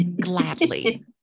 Gladly